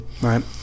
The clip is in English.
Right